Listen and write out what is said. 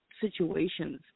situations